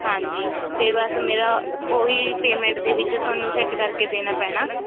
ਹਾਂਜੀ ਅਤੇ ਬਸ ਮੇਰਾ ਉਹੀ ਪੇਮੈਂਟ ਦੇ ਵਿੱਚ ਤੁਹਾਨੂੰ ਸੈੱਟ ਕਰਕੇ ਦੇਣਾ ਪੈਣਾ